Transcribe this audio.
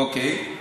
אוקיי.